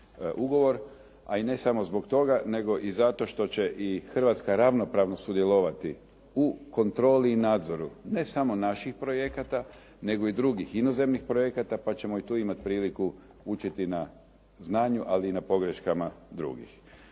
a i ne samo zbog toga nego i zato što će i Hrvatska ravnopravno sudjelovati u kontroli i nadzoru ne samo naših projekata, nego i drugih inozemnih projekata pa ćemo i tu imati priliku učiti na znanju, ali i na pogreškama drugih.